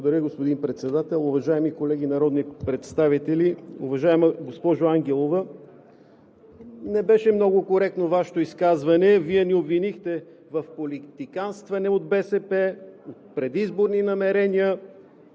Благодаря, господин Председател. Уважаеми колеги народни представители! Уважаема госпожо Ангелова, Вашето изказване не беше много коректно. Вие ни обвинихте в политиканстване от БСП, предизборни намерения.